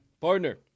partner